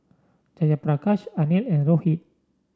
Jayaprakash Anil and Rohit